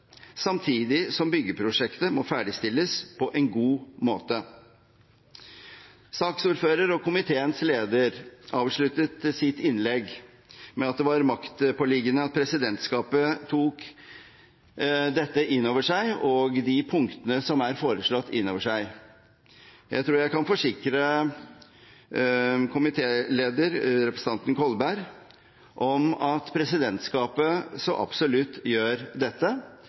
samtidig som byggeprosjektet må ferdigstilles på en god måte. Saksordfører og komiteens leder avsluttet sitt innlegg med at det var maktpåliggende at presidentskapet tok dette og de punktene som er foreslått, inn over seg. Jeg tror jeg kan forsikre komitélederen, representanten Kolberg, om at presidentskapet så absolutt gjør